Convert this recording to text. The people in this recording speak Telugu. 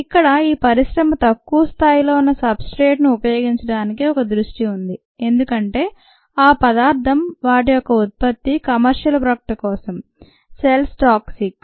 ఇక్కడ ఈ పరిశ్రమ తక్కువ స్థాయి లో ఉన్న సబ్స్ట్రేట్ ను ఉపయోగించడానికి ఒక దృష్టి ఉంది ఎందుకంటే ఆ పదార్థం వాటి ఒక ఉత్పత్తి కమర్షియల్ ప్రొడక్ట్ కోసం సెల్స్ టాక్సిక్